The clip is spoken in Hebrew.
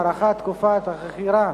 הארכת תקופת החכירה),